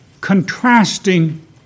contrasting